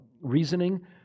reasoning